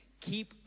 Keep